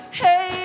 hey